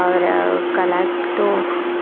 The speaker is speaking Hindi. और कला तो